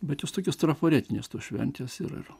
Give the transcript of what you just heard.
bet jos tokios trafaretinės tos šventės yra